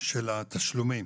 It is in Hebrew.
של התשלומים,